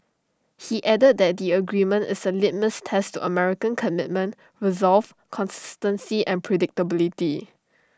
he added that the agreement is A litmus test to American commitment resolve consistency and predictability